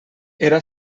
era